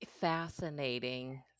fascinating